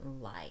light